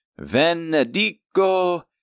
Venedico